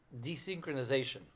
desynchronization